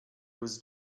was